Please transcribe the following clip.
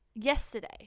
yesterday